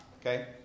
okay